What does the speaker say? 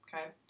Okay